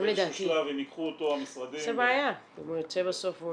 באיזשהו שלב אם ייקחו אותו המשרדים -- זו בעיה אם הוא יוצא בסוף והוא